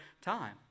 time